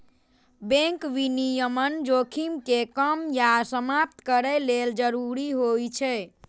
bank विनियमन जोखिम कें कम या समाप्त करै लेल जरूरी होइ छै